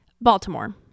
Baltimore